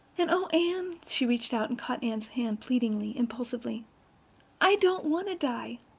and, oh, anne she reached out and caught anne's hand pleadingly, impulsively i don't want to die.